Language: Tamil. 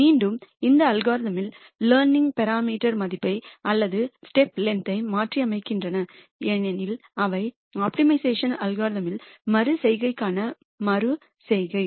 மீண்டும் இந்த அல்காரிதமில் லேர்னிங்பராமீட்டர்ன் மதிப்பை அல்லது ஸ்டேப் லெங்த் மாற்றியமைக்கின்றன ஏனெனில் அவை ஆப்டிமைசேஷன் அல்காரிதமில்் மறு செய்கைக்கான மறு செய்கை